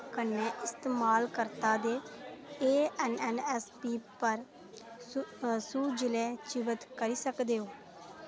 कन्नै इस्तमालकर्ता दे A N N S P पर सू सू जि'ले च बद्ध करी सकदे ओ